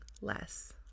less